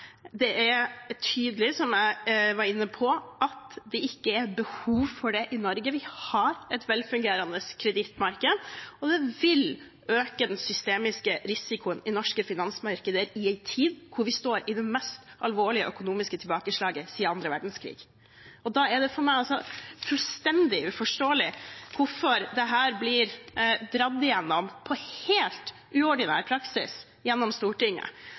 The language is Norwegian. Det er tydelig, som jeg var inne på, at det ikke er behov for det i Norge, vi har et velfungerende kredittmarked, og det vil øke den systemiske risikoen i norske finansmarkeder i en tid der vi står i det mest alvorlige økonomiske tilbakeslaget siden annen verdenskrig. Og da er det for meg fullstendig uforståelig hvorfor dette blir dratt igjennom – ved helt uordinær praksis – i Stortinget.